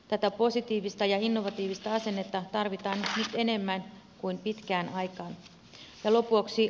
tätä positiivista ja innovatiivista asennetta tarvitaan nyt enemmän kuin pitkään aikaan